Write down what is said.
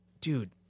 Dude